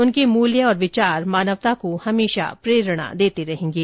उनके मूल्य और विचार मानवता को हमेशा प्रेरणा देते रहेंगे